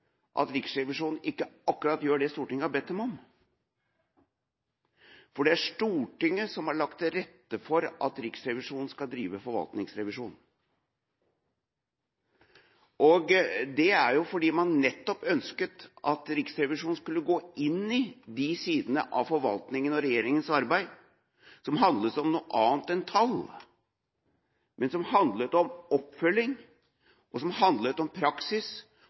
at Riksrevisjonen ikke gjør akkurat det Stortinget har bedt dem om. Det er Stortinget som har lagt til rette for at Riksrevisjonen skal drive forvaltningsrevisjon. Det er fordi man nettopp ønsket at Riksrevisjonen skulle gå inn i de sidene av forvaltninga og regjeringas arbeid som handlet om noe annet enn tall, som handlet om oppfølging, som handlet om praksis,